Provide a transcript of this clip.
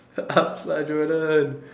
upz lah Jordan